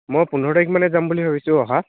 মই পোন্ধৰ তাৰিখ মানে যাম বুলি ভাবিছোঁ অহা